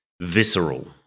visceral